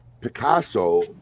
picasso